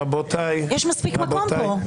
יש מספיק מקום פה.